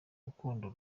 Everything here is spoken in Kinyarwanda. rukundo